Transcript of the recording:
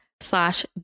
slash